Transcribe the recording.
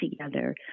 together